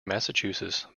massachusetts